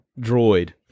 droid